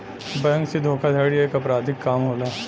bank से धोखाधड़ी एक अपराधिक काम होला